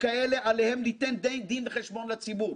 וככאלה עליהם ליתן דין וחשבון לציבור,